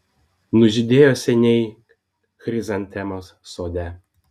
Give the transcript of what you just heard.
nužydėjo seniai chrizantemos sode